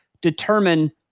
determine